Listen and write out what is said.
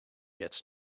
gets